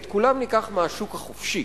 את כולם ניקח מהשוק החופשי,